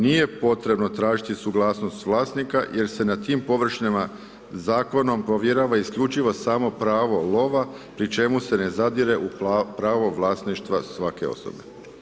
Nije potrebno tražiti suglasnost vlasnika jer se na tim površinama zakonom povjerava isključivo samo pravo lova pri čemu se ne zadire u pravo vlasništva svake osobe.